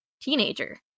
teenager